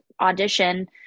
audition